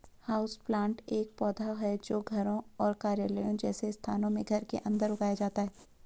houseplant ऐसा पौधा है जो घरों और कार्यालयों जैसे स्थानों में घर के अंदर उगाया जाता है